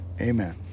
Amen